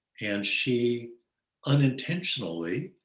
and she unintentionally